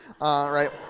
right